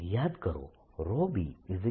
Vr14π0QKr યાદ કરો b e4πQK